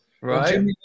Right